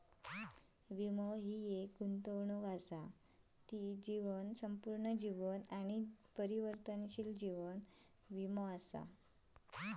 वीमो हि एक गुंतवणूक असा ती जीवन, संपूर्ण जीवन आणि परिवर्तनशील जीवन वीमो असा